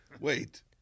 wait